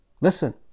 Listen